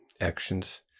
actions